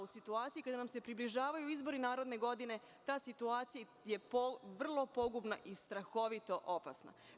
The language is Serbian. U situaciji kada nam se približavaju izbori naredne godine, ta situacija je vrlo pogubna i strahovito opasna.